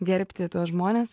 gerbti tuos žmones